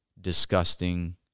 disgusting